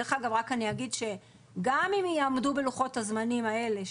דרך אגב רק אני אגיד שגם אם יעמדו בלוחות הזמנים האלה,